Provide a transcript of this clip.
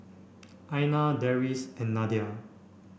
Aina Deris and Nadia